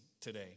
today